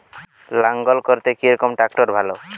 লাঙ্গল করতে কি রকম ট্রাকটার ভালো?